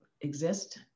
exist